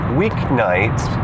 weeknights